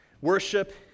worship